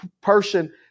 person